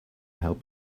help